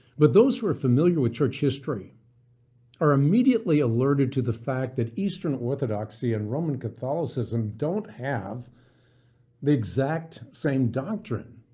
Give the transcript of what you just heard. but those who are familiar with church history are immediately alerted to the fact that eastern orthodoxy and roman catholicism don't have the exact same doctrine.